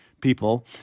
people